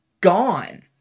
gone